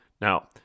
Now